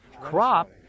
crop